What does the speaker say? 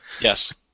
Yes